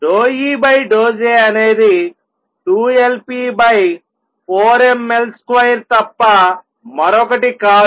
∂E∂J అనేది 2Lp4mL2తప్ప మరొకటి కాదు